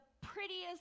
prettiest